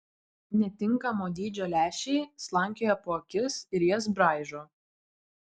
netinkamo dydžio lęšiai slankioja po akis ir jas braižo